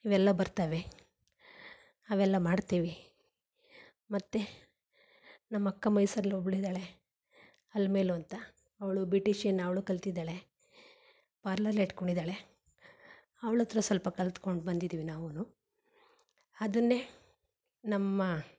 ಇವೆಲ್ಲ ಬರ್ತವೆ ಅವೆಲ್ಲ ಮಾಡ್ತೀವಿ ಮತ್ತು ನಮ್ಮ ಅಕ್ಕ ಮೈಸೂರಲ್ಲಿ ಒಬ್ಬಳಿದ್ದಾಳೆ ಅಲಮೇಲು ಅಂತ ಅವಳು ಬ್ಯೂಟಿಷಿಯನ್ ಅವಳು ಕಲ್ತಿದ್ದಾಳೆ ಪಾರ್ಲರ್ ಇಟ್ಕೊಂಡಿದ್ದಾಳೆ ಅವ್ಳ ಹತ್ರ ಸ್ವಲ್ಪ ಕಲಿತ್ಕೊಂಡು ಬಂದಿದೀವಿ ನಾವೂನು ಅದನ್ನೆ ನಮ್ಮ